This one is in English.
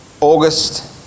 August